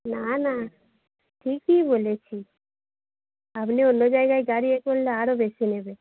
না না ঠিকই বলেছি আপনি অন্য জায়গায় গাড়ি এ করলে আরও বেশি নেবে